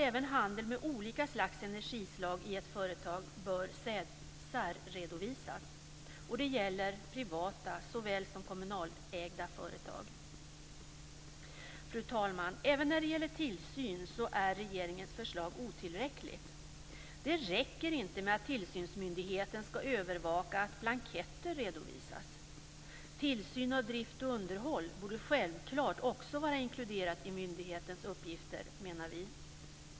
Även handel med olika slags energislag i ett företag bör särredovisas. Det gäller såväl privata som kommunägda företag. Fru talman! Även när det gäller tillsynen är regeringens förslag otillräckligt. Det räcker inte med att tillsynsmyndigheten ska övervaka att blanketter redovisas. Tillsyn av drift och underhåll borde självklart också inkluderas i myndighetens uppgifter, menar vi.